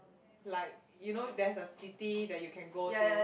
like you know there's a city that you can go to